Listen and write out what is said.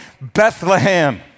Bethlehem